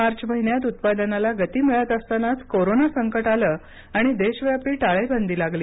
मार्च महिन्यात उत्पादनाला गती मिळत असतानाच कोरोना संकट आलं आणि देशव्यापी टाळेबंदी लागली